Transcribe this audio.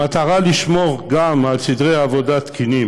במטרה לשמור גם על סדרי עבודה תקינים